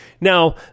now